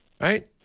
right